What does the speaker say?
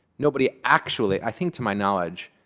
nobody actually i think to my knowledge,